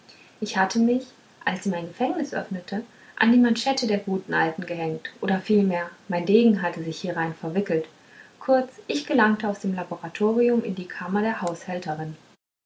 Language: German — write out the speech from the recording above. ich hatte mich als sie mein gefängnis öffnete an die manschette der guten alten gehängt oder vielmehr mein degen hatte sich hierein verwickelt kurz ich gelangte aus dem laboratorium in die kammer der haushälterin